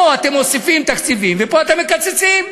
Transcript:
פה אתם מוסיפים תקציבים ופה אתם מקצצים.